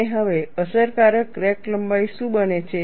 અને હવે અસરકારક ક્રેક લંબાઈ શું બને છે